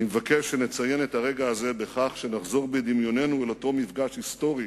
אני מבקש שנציין את הרגע הזה בכך שנחזור בדמיוננו אל אותו מפגש היסטורי,